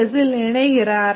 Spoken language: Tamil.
எஸ்ஸில் இணைகிறார்